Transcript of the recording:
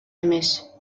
эмес